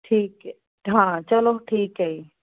ਠੀਕ ਹੈ ਹਾਂ ਚਲੋ ਠੀਕ ਹੈ ਜੀ